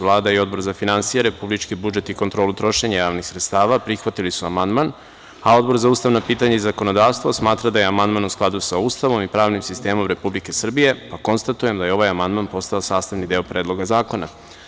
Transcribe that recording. Vlada i Odbor za finansije, republički budžet i kontrolu trošenja javnih sredstava prihvatili su amandman, a Odbor za ustavna pitanja i zakonodavstvo smatra da je amandman u skladu sa Ustavom i pravnim sistemom Republike Srbije, pa konstatujem da je ovaj amandman postao sastavni deo Predloga zakona.